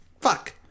Fuck